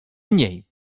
mniej